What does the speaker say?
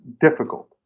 difficult